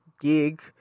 gig